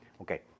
Okay